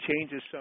changes